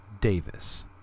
Davis